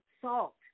salt